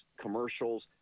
commercials